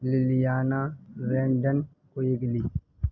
للیانہ London کوئگلی